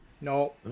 No